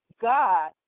God